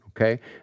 okay